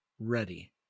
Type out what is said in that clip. ready